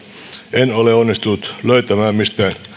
en ole onnistunut löytämään mistään